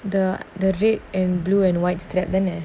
the the red and blue and white strap then leh